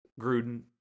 Gruden